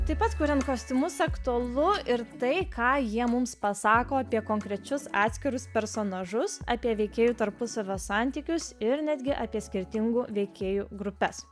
taip pat kuriant kostiumus aktualu ir tai ką jie mums pasako apie konkrečius atskirus personažus apie veikėjų tarpusavio santykius ir netgi apie skirtingų veikėjų grupes